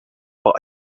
par